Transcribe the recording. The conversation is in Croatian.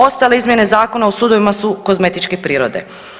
Ostale izmjene Zakona o sudovima su kozmetičke prirode.